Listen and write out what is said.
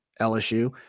LSU